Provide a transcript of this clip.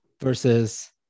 versus